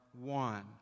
one